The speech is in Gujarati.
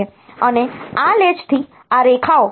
અને આ લેચથી આ રેખાઓ A7 થી A0 છે